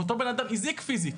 ואותו בן אדם הזיק פיזית.